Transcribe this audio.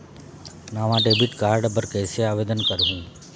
नावा debit card बर कैसे आवेदन करहूं?